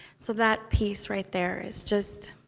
so that piece right there is just.